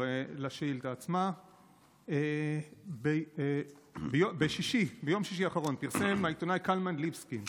לשאילתה עצמה: ביום שישי האחרון פרסם העיתונאי קלמן ליבסקינד